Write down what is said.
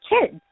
kids